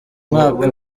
mwaka